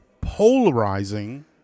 polarizing